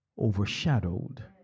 overshadowed